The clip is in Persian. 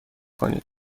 کنید